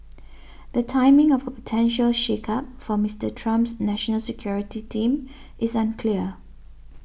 the timing of a potential shakeup for Mister Trump's national security team is unclear